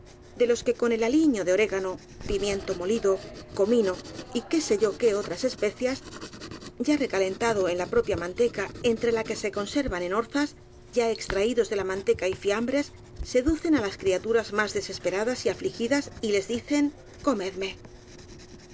de los que con el aliño de orégano pimiento molido comino y qué sé yo qué otras especias ya recalen tados en la propia manteca entre la que se conser van en orzas ya extraídos de la manteca y fiambres seducen á las criaturas más desesperadas y afligigidas y les dicen comedme